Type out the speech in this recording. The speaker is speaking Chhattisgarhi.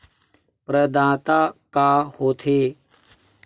प्रदाता का हो थे?